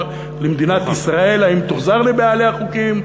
למדינת ישראל: האם היא תוחזר לבעליה החוקיים,